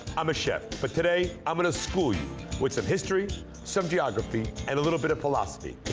i'm a chef, but today i'm gonna school you with some history, some geography, and a little bit of philosphy.